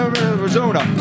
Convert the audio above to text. Arizona